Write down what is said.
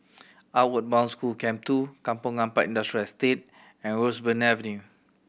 Outward Bound School Camp Two Kampong Ampat Industrial Estate and Roseburn Avenue